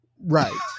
Right